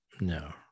No